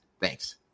Thanks